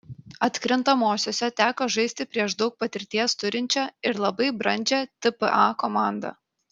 atkrintamosiose teko žaisti prieš daug patirties turinčią ir labai brandžią tpa komandą